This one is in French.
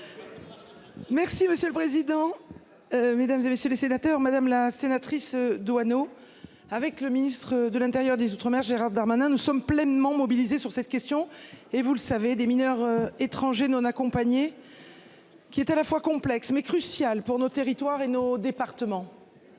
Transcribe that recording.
Merci monsieur le président. Mesdames, vous avez les sénateurs, madame la sénatrice Doineau. Avec le ministre de l'Intérieur, des Outre-mer, Gérald Darmanin, nous sommes pleinement mobilisés sur cette question et vous le savez des mineurs étrangers non accompagnés. Qui est à la fois complexe mais cruciale pour nos territoires et nos départements.